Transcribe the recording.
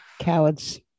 Cowards